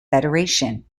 federation